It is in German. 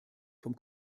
vom